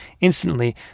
Instantly